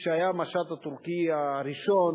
כשהיה המשט הטורקי הראשון,